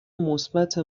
مثبت